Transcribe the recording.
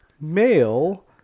male